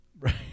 right